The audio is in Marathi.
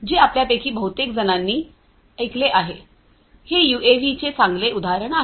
जे आपल्यापैकी बहुतेक जणांनी ऐकले आहे हे यूएव्ही चे चांगले उदाहरण आहे